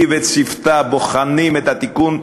היא וצוותה בוחנים את התיקון,